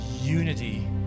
unity